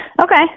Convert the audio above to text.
okay